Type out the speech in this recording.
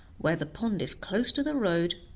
where the pond is close to the road,